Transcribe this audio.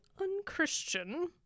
unchristian